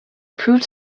approved